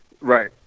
Right